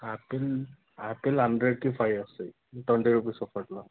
apple apple హండ్రెడ్కి five వస్తాయి twenty rupees ఒకటి